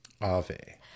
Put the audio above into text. Ave